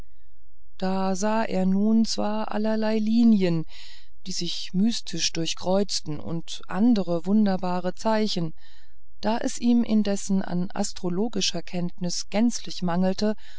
da sah er nun zwar allerlei linien die sich mystisch durchkreuzten und andere wunderbare zeichen da es ihm indessen an astrologischer kenntnis gänzlich mangelte